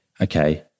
okay